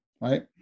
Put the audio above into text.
right